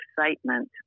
excitement